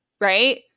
right